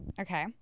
Okay